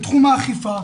בתחום האכיפה,